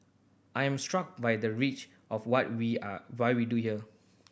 I am struck by the reach of what we are what we do here